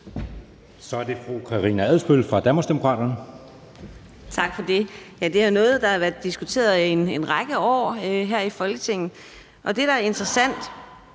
Så er det fru Karina Adsbøl fra Danmarksdemokraterne. Kl. 12:14 Karina Adsbøl (DD): Tak for det. Det er noget, der har været diskuteret i en række år her i Folketinget. Det, der er interessant,